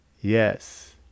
Yes